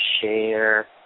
share